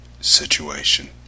situation